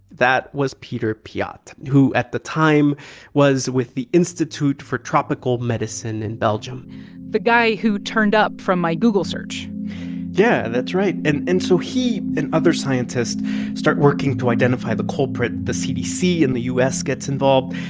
that was peter piot, who at the time was with the institute for tropical medicine in belgium the guy who turned up from my google search yeah, that's right. and and so he and other scientists start working to identify the culprit. the cdc in the u s. gets involved.